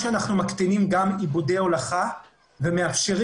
אנחנו מקטינים גם איבודי הולכה ומאפשרים